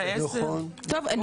כי כל החברים שלהם מקבלים.